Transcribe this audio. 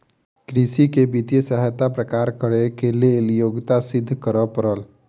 कृषक के वित्तीय सहायता प्राप्त करैक लेल योग्यता सिद्ध करअ पड़ल